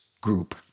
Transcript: group